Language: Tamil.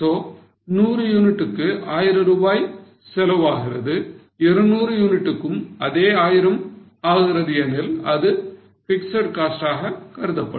So 100 யூனிட்டுக்கு 1000 ரூபாய் செலவு ஆகிறது 200 யூனிட்டுக்கும் அதே 1000 ஆகிறது எனில் அது fixed cost ஆக கருதப்படும்